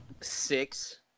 six